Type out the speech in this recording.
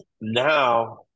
Now